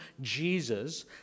Jesus